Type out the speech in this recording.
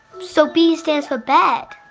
so b stands for bed.